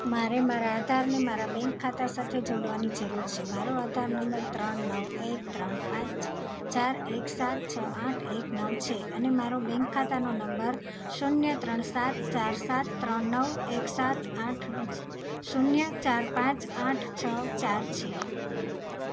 મારે મારા આધારને મારા બેંક ખાતા સાથે જોડવાની જરૂર છે મારો આધાર નંબર ત્રણ નવ એક ત્રણ પાંચ ચાર એક સાત છ આઠ એક નવ છે અને મારો બેંક ખાતાનો નંબર શૂન્ય ત્રણ સાત ચાર સાત ત્રણ નવ એક સાત આઠ શૂન્ય ચાર પાંચ આઠ છ ચાર છે